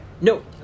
No